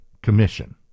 commission